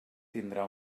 tindrà